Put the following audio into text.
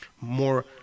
more